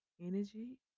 energy